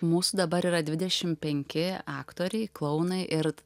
mūsų dabar yra dvidešim penki aktoriai klounai ir